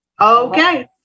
Okay